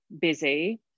busy